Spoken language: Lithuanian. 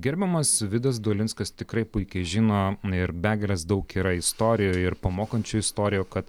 gerbiamas vydas dolinskas tikrai puikiai žino ir begales daug yra istorijoje ir pamokančių istorijų kad